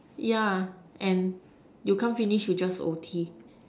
yeah and you can't finish you just O_T